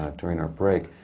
um during our break.